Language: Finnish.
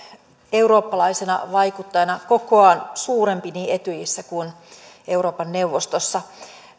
eurooppalaisena vaikuttajana kokoaan suurempi niin etyjissä kuin euroopan neuvostossa